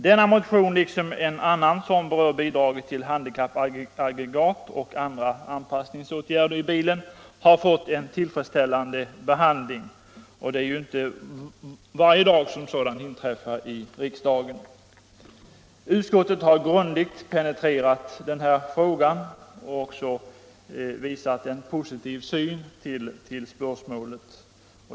Denna motion, liksom en annan som berör bidraget till handikappaggregat och andra anpassningsåtgärder i bilen, har fått en tillfredsställande behandling, och det är ju inte varje dag som något sådant inträffar i riksdagen. Utskottet har grundligt penetrerat frågan och visat en positiv syn på spörsmålet.